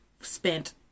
spent